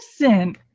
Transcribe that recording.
Listen